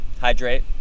Hydrate